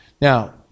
Now